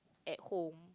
at home